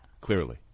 Clearly